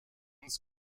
uns